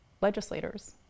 legislators